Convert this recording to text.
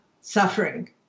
suffering